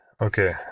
okay